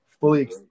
fully